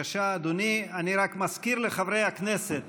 אני רק מזכיר לחברי הכנסת